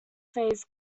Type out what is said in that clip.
phase